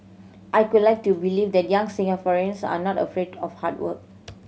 I could like to believe that young Singaporeans are not afraid of hard work